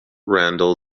randall